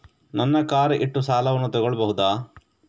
ನನ್ನ ಕಾರ್ ಇಟ್ಟು ಸಾಲವನ್ನು ತಗೋಳ್ಬಹುದಾ?